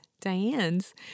Diane's